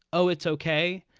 oh, it's okay.